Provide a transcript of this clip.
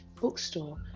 bookstore